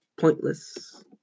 pointless